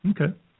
Okay